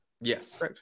Yes